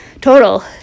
total